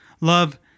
Love